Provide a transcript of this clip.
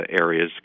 areas